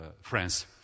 France